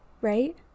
right